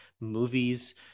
movies